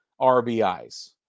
RBIs